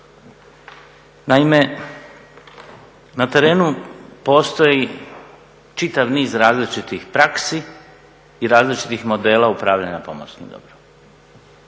Naime, na terenu postoji čitav niz različitih praksi i različitih modela upravljanja pomorskim dobrom.